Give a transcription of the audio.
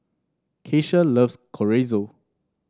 Keisha loves Chorizo